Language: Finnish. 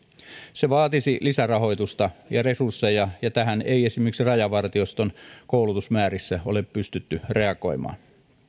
se vaatisi lisärahoitusta ja resursseja ja tähän ei esimerkiksi rajavartioston koulutusmäärissä ole pystytty reagoimaan